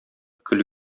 көл